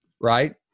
Right